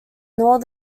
north